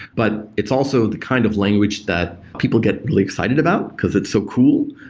but it's also the kind of language that people get really excited about, because it's so cool.